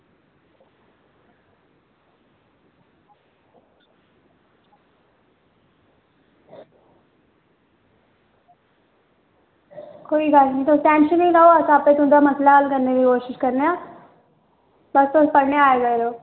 कोई गल्ल निं तुस टेंशन निं लैओ अस आपें तुंदा मसला हल्ल करने दी कोशिश करने आं बस तुस पढ़ने गी आई जाओ